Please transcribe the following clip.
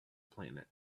planet